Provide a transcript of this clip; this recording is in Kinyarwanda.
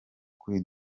kuri